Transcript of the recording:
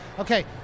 Okay